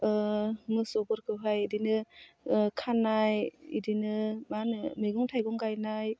मोसौफोरखौहाय बिदिनो खानाय बिदिनो मा होनो मैगं थाइगं गायनाय